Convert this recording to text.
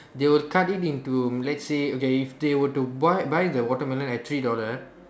they will cut it into let's say okay if they were to buy buy the watermelon at three dollar